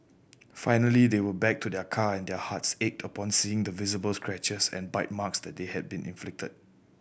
finally they went back to their car and their hearts ached upon seeing the visible scratches and bite marks that had been inflicted